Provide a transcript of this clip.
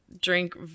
drink